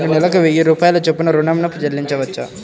నేను నెలకు వెయ్యి రూపాయల చొప్పున ఋణం ను చెల్లించవచ్చా?